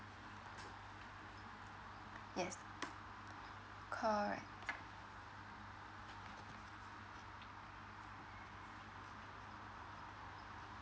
yes correct